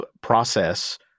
process